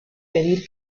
pedir